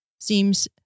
seems